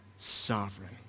Sovereign